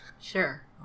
sure